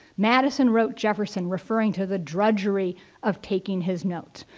madison wrote jefferson referring to the drudgery of taking his notes.